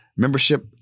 Membership